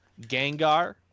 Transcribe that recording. Gengar